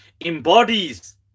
embodies